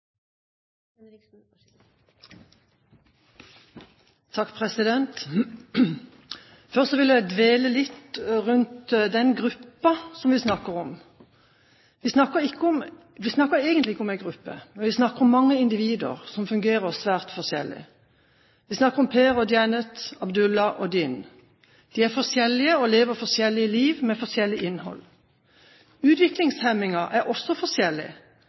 vi snakker om. Vi snakker egentlig ikke om en gruppe, men vi snakker om mange individer som fungerer svært forskjellig. Vi snakker om Per, Janet, Abdullah og Dihn. De er forskjellige og lever forskjellige liv med forskjellig innhold. Utviklingshemmingen er også forskjellig,